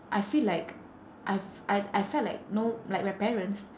I feel like I've I I felt like no like my parents